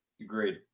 Agreed